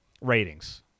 ratings